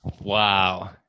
wow